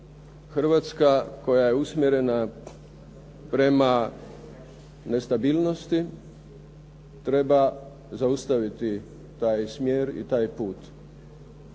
Hrvatska koja je usmjerena prema nestabilnosti treba zaustaviti taj smjer i taj put,